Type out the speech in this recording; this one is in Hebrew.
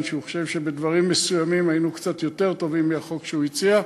שהוא חושב שבדברים מסוימים היינו קצת יותר טובים מהחוק שהוא הציג.